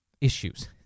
issues